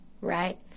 right